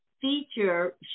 feature